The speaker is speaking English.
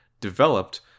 developed